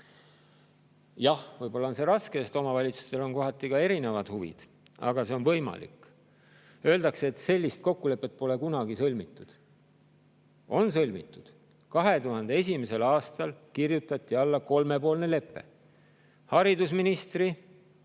Jah, võib-olla on see raske, sest omavalitsustel on kohati ka erinevad huvid, aga see on võimalik. Öeldakse, et sellist kokkulepet pole kunagi sõlmitud. On sõlmitud. 2001. aastal kirjutati alla kolmepoolsele leppele: haridusminister,